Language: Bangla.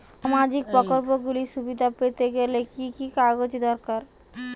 সামাজীক প্রকল্পগুলি সুবিধা পেতে গেলে কি কি কাগজ দরকার?